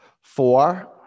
Four